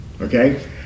okay